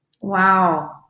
Wow